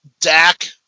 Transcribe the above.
Dak